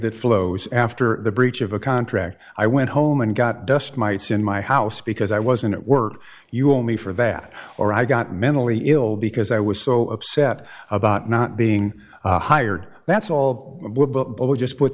that flows after the breach of a contract i went home and got dust mites in my house because i wasn't at work you owe me for that or i got mentally ill because i was so upset about not being hired that's all over just put